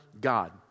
God